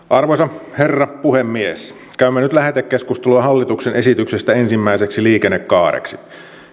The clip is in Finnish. arvoisa herra puhemies käymme nyt lähetekeskustelua hallituksen esityksestä ensimmäiseksi liikennekaareksi